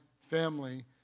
family